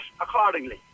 accordingly